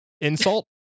insult